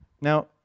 now